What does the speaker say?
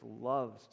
loves